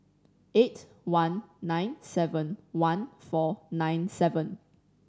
eight one nine seven one four nine seven